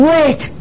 Wait